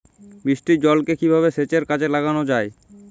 বৃষ্টির জলকে কিভাবে সেচের কাজে লাগানো যায়?